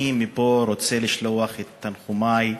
אני רוצה לשלוח מפה את תנחומי,